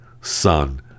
son